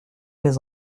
mes